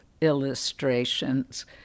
illustrations